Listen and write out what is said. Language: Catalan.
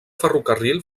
ferrocarril